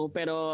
Pero